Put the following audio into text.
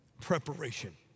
preparation